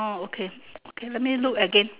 oh okay let me look again